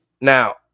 Now